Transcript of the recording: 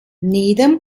needham